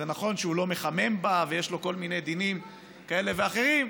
זה נכון שהוא לא מחמם בה ויש לו כל מיני דינים כאלה ואחרים,